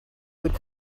would